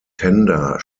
tender